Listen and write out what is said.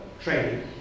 training